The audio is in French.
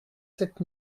sept